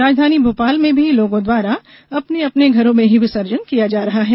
राजधानी भोपाल में भी लोगों द्वारा अपने अपने घरों में ही विसर्जन किया जा रहा है